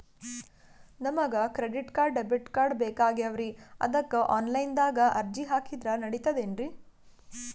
ನಮಗ credit card, debit card ಬೇಕಾಗ್ಯಾವ್ರೀ ಅದಕ್ಕ ಆನಲೈನದಾಗ ಅರ್ಜಿ ಹಾಕಿದ್ರ ನಡಿತದೇನ್ರಿ?